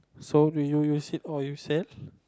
so do you use it or you sell